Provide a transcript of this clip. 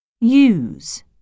use